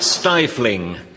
Stifling